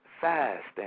fast